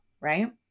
right